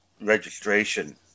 registration